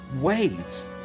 ways